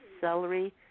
celery